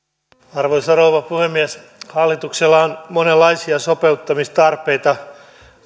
arvoisa rouva puhemies hallituksella on monenlaisia sopeuttamistarpeita